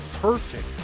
perfect